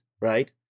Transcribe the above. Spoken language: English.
right